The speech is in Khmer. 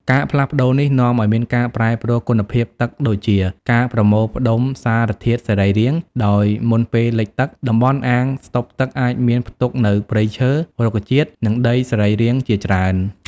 ការផ្លាស់ប្តូរនេះនាំឱ្យមានការប្រែប្រួលគុណភាពទឹកដូចជា ការប្រមូលផ្តុំសារធាតុសរីរាង្គ ដោយមុនពេលលិចទឹក តំបន់អាងស្តុកទឹកអាចមានផ្ទុកនូវព្រៃឈើ រុក្ខជាតិ និងដីសរីរាង្គជាច្រើន។